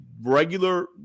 regular